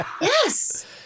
Yes